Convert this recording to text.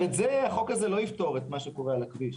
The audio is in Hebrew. את זה החוק לא יפתור את מה שקורה על הכביש.